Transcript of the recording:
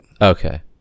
Okay